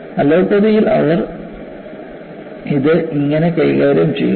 അലോപ്പതിയിൽ അവർ ഇത് ഇങ്ങനെ കൈകാര്യം ചെയ്യുന്നു